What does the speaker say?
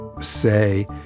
say